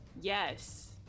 Yes